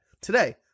today